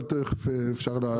אבל תיכף אפשר להעלות את זה.